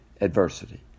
adversity